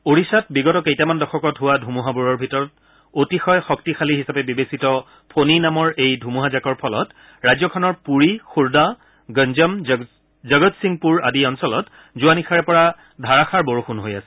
ওড়িশাত বিগত কেইটামান দশকত হোৱা ধুমুহাবোৰৰ ভিতৰত অতিশয় শক্তিশালী হিচাপে বিবেচিত ফোনি নামৰ এই ধুমুহাজাকৰ ফলত ৰাজ্যখনৰ পুৰী খুৰ্দা গঞ্জম জগতসিংপুৰ আদি অঞ্চলত যোৱা নিশাৰে পৰা ধাৰাযাৰ বৰষুণ হৈ আছে